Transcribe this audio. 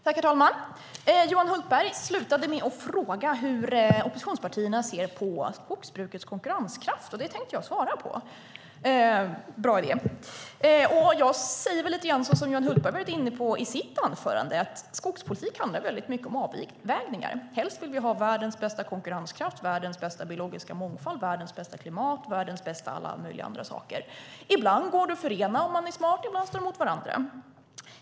Herr talman! Johan Hultberg avslutade sitt anförande med att fråga hur oppositionspartierna ser på skogsbrukets konkurrenskraft, och det tänkte jag svara på. Precis som Johan Hultberg var inne på vill jag säga att skogspolitik i hög grad handlar om avvägningar. Helst vill vi ha världens bästa konkurrenskraft, världens bästa biologiska mångfald, världens bästa klimat och vara världsbäst på alla möjliga andra saker också. Ibland går det att förena, om man är smart, och ibland står de mot varandra.